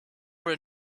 were